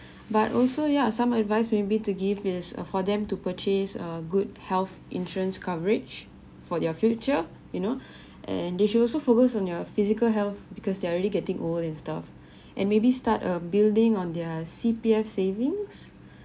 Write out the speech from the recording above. but also ya some advice maybe to give is ah for them to purchase err good health insurance coverage for their future you know and they should also focus on your physical health because they're already getting old and stuff and maybe start a building on their C_P_F savings